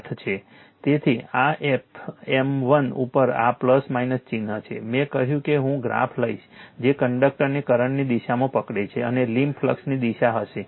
તેથી આ F m1 ઉપર આ ચિહ્ન છે મેં કહ્યું કે હું ગ્રાફ લઈશ જે કંડક્ટરને કરંટની દિશામાં પકડે છે અને લીમ્બ ફ્લક્સની દિશા હશે